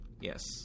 Yes